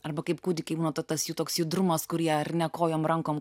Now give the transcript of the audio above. arba kaip kūdikiai būna to tas jų toks judrumas kurjerine kojom rankom